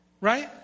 right